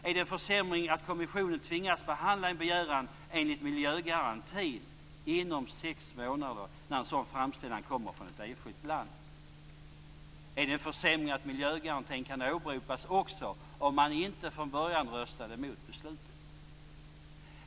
Är det en försämring att kommissionen tvingas att behandla en begäran enligt miljögarantin inom sex månader när en sådan framställan kommer från ett enskilt land? Är det en försämring att miljögarantin kan åberopas också om man inte från början röstade emot beslutet?